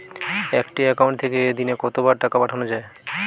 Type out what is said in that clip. একটি একাউন্ট থেকে দিনে কতবার টাকা পাঠানো য়ায়?